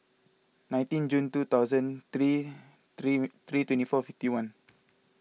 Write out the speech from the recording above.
nineteen June two thousand three three twenty four fifty one